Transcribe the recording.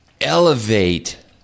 elevate